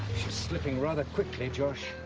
slipping rather quickly, josh.